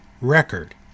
record